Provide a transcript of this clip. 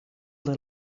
dêr